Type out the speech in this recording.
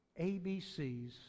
ABCs